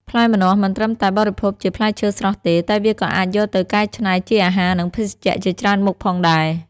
ផ្លែម្នាស់មិនត្រឹមតែបរិភោគជាផ្លែឈើស្រស់ទេ តែវាក៏អាចយកទៅកែច្នៃជាអាហារ និងភេសជ្ជៈជាច្រើនមុខផងដែរ។